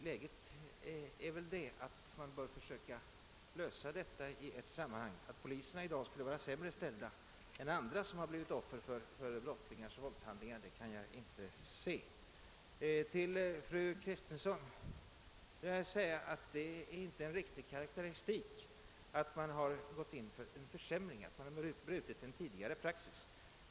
Läget är väl att man bör försöka lösa detta i ett sammanhang. Att poliserna i dag skulle befinna sig i sämre ställning än andra som blir offer för brott kan jag inte inse, Till fru Kristensson vill jag säga att påståendet att vi gått in för en försämring och att vi brutit mot tidigare praxis inte är någon riktig karakteristik.